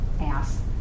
ass